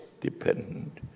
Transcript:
dependent